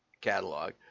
catalog –